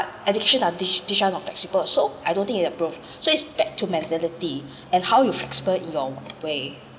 education ah teach teach are not flexible so I don't think so it's back to mentality and how you flexible in your way